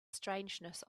strangeness